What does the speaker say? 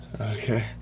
Okay